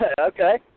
Okay